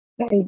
Right